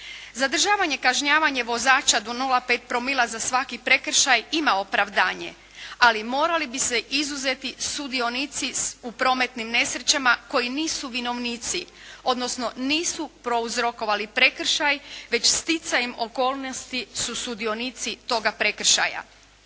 Zadržavanje, kažnjavanje vozača do 0,5 promila za svaki prekršaj ima opravdanje, ali morali bi se izuzeti sudionici u prometnim nesrećama koji nisu vinovnici odnosno nisu prouzrokovali prekršaj već sticajem okolnosti su sudionici toga prekršaja.